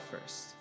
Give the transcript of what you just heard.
first